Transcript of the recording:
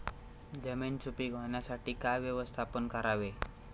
जमीन सुपीक होण्यासाठी काय व्यवस्थापन करावे?